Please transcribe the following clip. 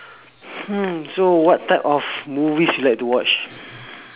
hmm so what type of movies you like to watch